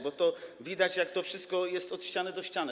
Bo to widać, jak to wszystko jest od ściany do ściany.